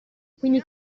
quindi